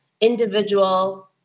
individual